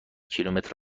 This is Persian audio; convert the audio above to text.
کیلومتر